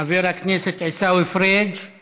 חבר הכנסת עיסאווי פריג';